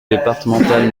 départementale